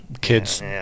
kid's